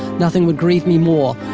nothing would grieve me more,